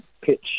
pitch